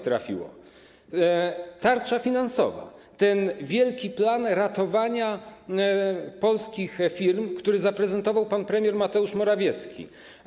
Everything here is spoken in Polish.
Tarcza finansowa - ten wielki plan ratowania polskich firm, który zaprezentował pan premier Mateusz Morawiecki.